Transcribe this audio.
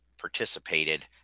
participated